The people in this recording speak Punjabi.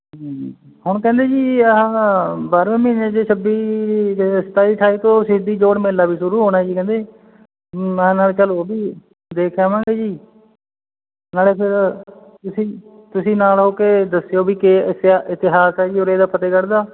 ਠੀਕ ਹੈ ਹੁਣ ਕਹਿੰਦੇ ਜੀ ਆਹਾ ਬਾਰ੍ਹਵੇਂ ਮਹੀਨੇ ਦੀ ਛੱਬੀ ਅਤੇ ਸਤਾਈ ਅਠਾਈ ਤੋਂ ਸ਼ਹੀਦੀ ਜੋੜ ਮੇਲਾ ਵੀ ਸ਼ੁਰੂ ਹੋਣਾ ਜੀ ਕਹਿੰਦੇ ਮੈਂ ਨਾਲੇ ਚੱਲ ਉਹ ਵੀ ਦੇਖ ਆਵਾਂਗੇ ਜੀ ਨਾਲੇ ਫਿਰ ਤੁਸੀਂ ਤੁਸੀਂ ਨਾਲ ਹੋ ਕੇ ਦੱਸਿਓ ਵੀ ਇਤਿਹਾਸ ਹੈ ਜੀ ਉਰੇ ਦਾ ਫਤਿਹਗੜ੍ਹ ਦਾ